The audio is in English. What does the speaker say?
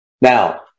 Now